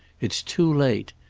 it's too late.